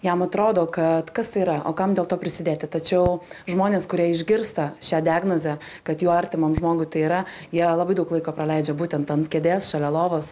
jam atrodo kad kas tai yra o kam dėl to prisidėti tačiau žmonės kurie išgirsta šią diagnozę kad jo artimam žmogui tai yra jie labai daug laiko praleidžia būtent ant kėdės šalia lovos